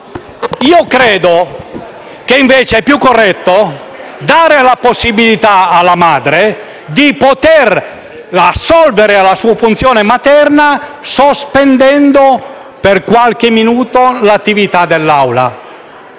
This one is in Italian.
Credo che invece sia più corretto dare la possibilità alla madre di assolvere alla sua funzione materna sospendendo per qualche minuto l'attività dell'Assemblea.